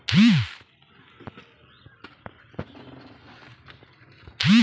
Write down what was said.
हमारे खाता मे मोबाइल नम्बर जोड़े के बा कैसे जुड़ी?